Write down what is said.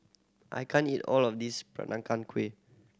I can't eat all of this Peranakan Kueh